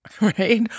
right